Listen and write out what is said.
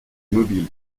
mobile